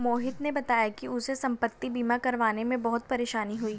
मोहित ने बताया कि उसे संपति बीमा करवाने में बहुत परेशानी हुई